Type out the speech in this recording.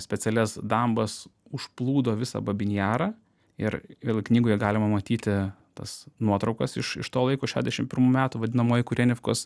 specialias dambas užplūdo visą babyn jarą ir vėl knygoje galima matyti tas nuotraukas iš iš to laiko šedešim pirmų metų vadinamoji kurenivkos